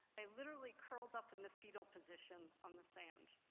i literally curled up in the fetal position on the sand.